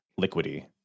liquidy